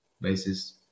basis